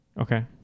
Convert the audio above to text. Okay